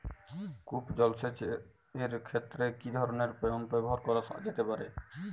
কূপ জলসেচ এর ক্ষেত্রে কি ধরনের পাম্প ব্যবহার করা যেতে পারে?